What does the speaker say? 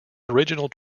original